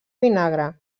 vinagre